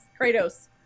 kratos